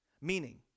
meaning